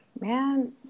Man